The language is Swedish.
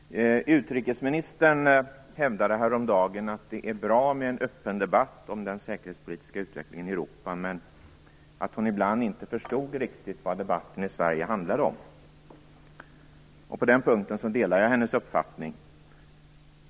Fru talman! Utrikesministern hävdade häromdagen att det är bra med en öppen debatt om den säkerhetspolitiska utvecklingen i Europa men att hon ibland inte riktigt förstod vad debatten i Sverige handlade om. På den punkten delar jag hennes uppfattning.